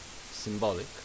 symbolic